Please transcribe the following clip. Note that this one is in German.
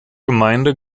gemeinde